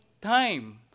time